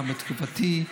גם בתקופתי,